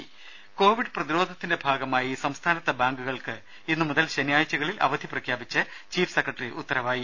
രും കോവിഡ് പ്രതിരോധത്തിന്റെ ഭാഗമായി സംസ്ഥാനത്തെ ബാങ്കുകൾക്ക് ഇന്നു മുതൽ ശനിയാഴ്ചകളിൽ അവധി പ്രഖ്യാപിച്ച് ചീഫ് സെക്രട്ടറി ഉത്തരവായി